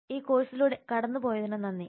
ഈ കോഴ്സിലൂടെ കടന്നുപോയതിന് നന്ദി